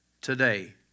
today